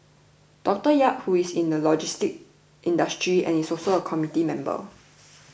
Doctor Yap who is in the logistics industry and is also a committee member